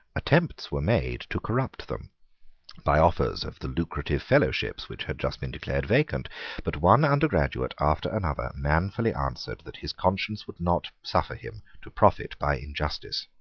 attempts were made to corrupt them by offers of the lucrative fellowships which had just been declared vacant but one undergraduate after another manfully answered that his conscience would not suffer him to profit by injustice.